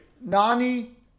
Nani